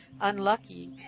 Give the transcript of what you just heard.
unlucky